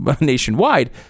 nationwide